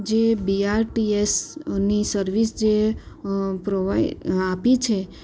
જે બીઆરટીએસની સર્વિસ જે પ્રોવાઈ આપી છે